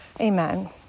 Amen